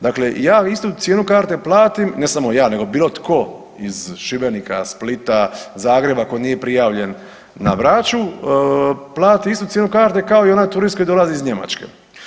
Dakle, ja istu cijenu karte platim, ne samo ja nego bilo tko iz Šibenika, Splita, Zagreba ko nije prijavljen na Braču plati istu cijenu karte kao i onaj turist koji dolazi iz Njemačke.